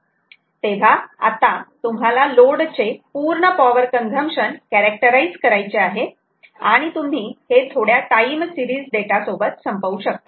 तेव्हा आता तुम्हाला लोड चे पुर्ण पॉवर कंजम्पशन कॅरेक्टराईज करायचे आहे आणि तुम्ही हे थोड्या टाईम सिरीज डेटा सोबत संपवू शकतात